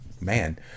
man